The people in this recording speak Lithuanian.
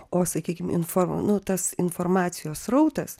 o sakykim infor nu tas informacijos srautas